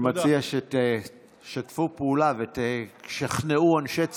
אני מציע שתשתפו פעולה ותשכנעו אנשי ציבור.